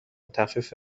تخفیف